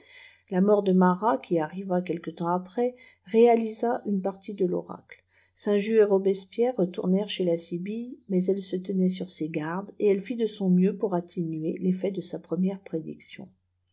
la mort de marat qui arriva quelque temps après réalisa une partie de toracle sâintjust et robespierre retournèrent chez la sibylle mais elle se tenait sur ses gardes et elle fit de son mieux pour atténuer l'effet de sa première prédiction